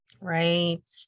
Right